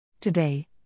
Today